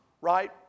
right